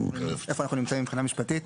איפה אנחנו נמצאים מבחינה משפטית.